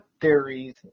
theories